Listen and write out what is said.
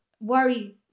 worry